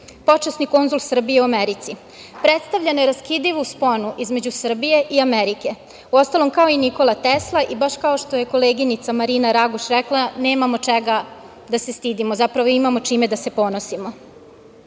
počasni konzul Srbije u Americi. Predstavlja neraskidivu sponu između Srbije i Amerike. Uostalom, kao i Nikola Tesla. Baš kao što je koleginica Marina Raguš rekla, nemamo čega da se stidimo, zapravo imamo čime da se ponosimo. Ovaj